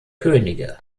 könige